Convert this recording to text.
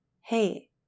Hey